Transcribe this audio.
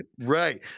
Right